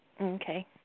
Okay